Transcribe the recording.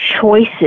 choices